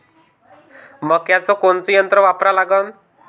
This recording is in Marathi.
मक्याचं कोनचं यंत्र वापरा लागन?